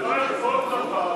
לברר כל דבר,